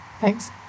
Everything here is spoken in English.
Thanks